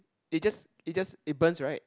it just it just it burns right